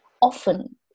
often